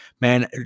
man